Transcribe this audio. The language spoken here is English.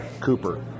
Cooper